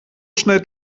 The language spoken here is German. schnell